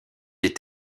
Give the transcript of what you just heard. des